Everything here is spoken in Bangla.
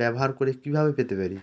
ব্যবহার করে কিভাবে পেতে পারি?